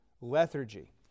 lethargy